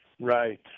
Right